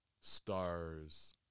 stars